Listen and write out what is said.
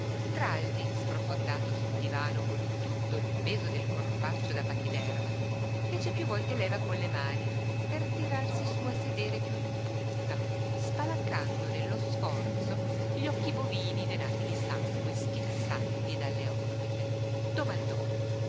ischerzo traldi sprofondato sul divano con tutto il peso del corpaccio da pachiderma fece piú volte leva con le mani per tirarsi sú a sedere piú in punta spalancando nello sforzo gli occhi bovini venati di sangue schizzanti dalle orbite domandò